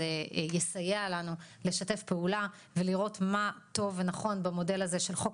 זה יסייע לנו לשתף פעולה ולראות מה טוב ונכון במודל הזה של חוק